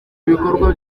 ibikorwa